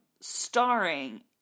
starring